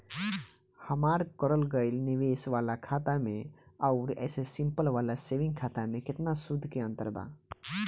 हमार करल गएल निवेश वाला खाता मे आउर ऐसे सिंपल वाला सेविंग खाता मे केतना सूद के अंतर बा?